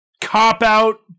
cop-out